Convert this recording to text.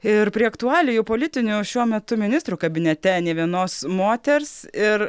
ir prie aktualijų politinių šiuo metu ministrų kabinete nė vienos moters ir